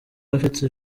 afite